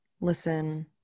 listen